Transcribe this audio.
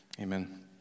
Amen